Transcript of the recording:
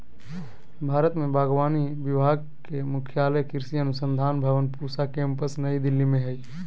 भारत में बागवानी विभाग के मुख्यालय कृषि अनुसंधान भवन पूसा केम्पस नई दिल्ली में हइ